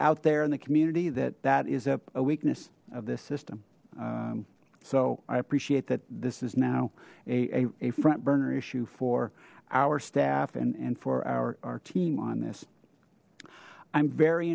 out there in the community that that is a a weakness of this system so i appreciate that this is now a a front burner issue for our staff and and for our team on this i'm very